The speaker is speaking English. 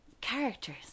characters